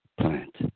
plant